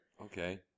Okay